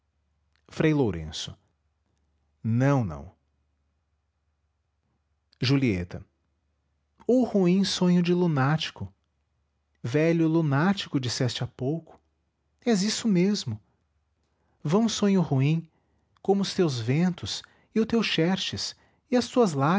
frei lourenço não não julieta ou ruim sonho de lunático velho lunático disseste há pouco és isso mesmo vão sonho ruim como os teus ventos e o teu xerxes e as tuas